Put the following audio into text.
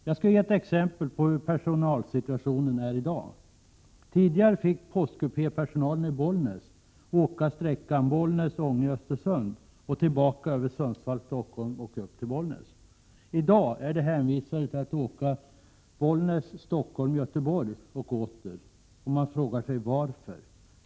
Jag skall ge ett exempel på hur personalsituationen är i dag. Tidigare fick postkupépersonalen i Bollnäs åka sträckan Bollnäs-Ånge-Östersund och tillbaka över Sundsvall-Stockholm och därefter upp till Bollnäs. I dag är de hänvisade till att åka Bollnäs-Stockholm-Göteborg och åter. Varför?